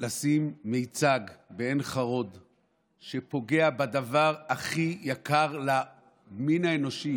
לשים בעין חרוד מיצג שפוגע בדבר הכי יקר למין האנושי,